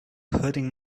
hurting